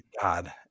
god